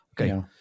Okay